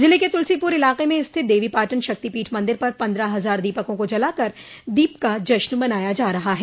ज़िले के तुलसीपुर इलाके में स्थित देवीपाटन शक्तिपीठ मन्दिर पर पन्द्रह हज़ार दीपको को जलाकर दीप का जश्न मनाया जा रहा है